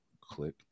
Click